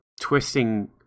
twisting